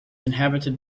inhabited